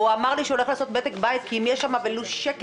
והוא אמר לי שהוא הולך לעשות בדק בית כי אם יש שם ולו שקל